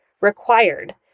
required